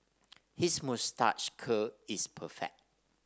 his moustache curl is perfect